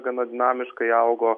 gana dinamiškai augo